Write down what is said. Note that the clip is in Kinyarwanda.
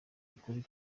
ukuri